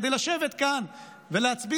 כדי לשבת כאן ולהצביע